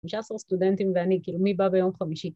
19 סטודנטים ואני, כאילו מי בא ביום חמישי?